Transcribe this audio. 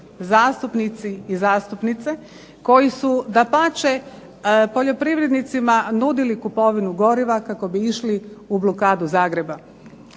zastupnici i zastupnice, koji su dapače poljoprivrednicima nudili kupovinu goriva kako bi išli u blokadu Zagreba.